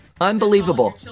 Unbelievable